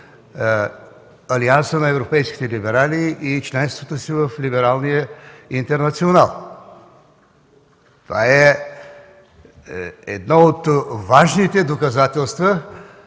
Алианса на европейските либерали и с членството си в Либералния интернационал. Това е едно от важните доказателства